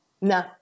no